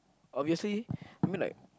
obviously I mean like